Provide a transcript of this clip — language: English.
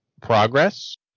progress